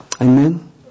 Amen